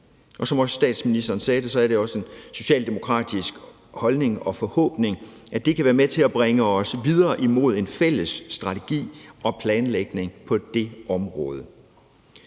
og som også statsministeren sagde det, er det også en socialdemokratisk holdning og forhåbning, at det kan være med til at bringe os videre imod en fælles strategi og planlægning på det område.